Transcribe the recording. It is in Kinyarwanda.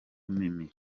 mimi